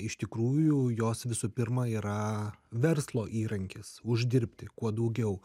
iš tikrųjų jos visų pirma yra verslo įrankis uždirbti kuo daugiau